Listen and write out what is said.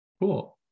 Cool